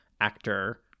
actor